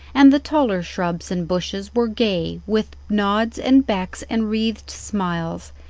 and the taller shrubs and bushes were gay with nods and becks and wreathed smiles,